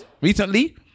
recently